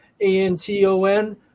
A-N-T-O-N